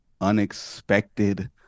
unexpected